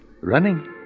running